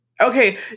okay